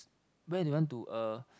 where they want to uh